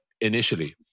initially